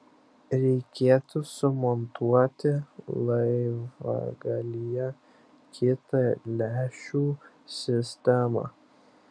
reikėtų sumontuoti laivagalyje kitą lęšių sistemą